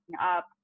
up